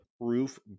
proof